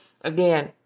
Again